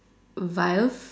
vilf